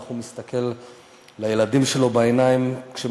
ואיך הוא מסתכל לילדים שלו בעיניים כשהם